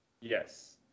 Yes